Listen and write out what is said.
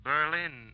Berlin